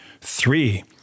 Three